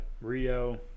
Rio